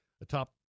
atop